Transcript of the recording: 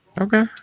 Okay